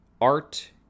art